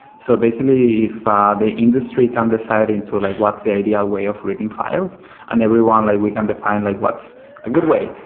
so basically, if ah the industry can decide into like what's the ideal way of reading files and everyone, we can define like what's a good way,